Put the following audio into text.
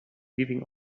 giving